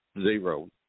zero